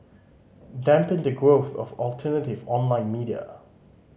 dampen the growth of alternative online media